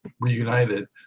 reunited